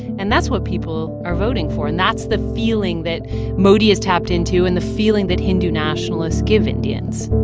and that's what people are voting for, and that's the feeling that modi has tapped into and the feeling that hindu nationalists give indians